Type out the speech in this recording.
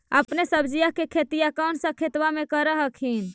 अपने सब्जिया के खेतिया कौन सा खेतबा मे कर हखिन?